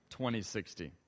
2060